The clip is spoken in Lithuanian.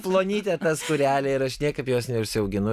plonytė ta skūrelė ir aš niekaip jos neužsiauginu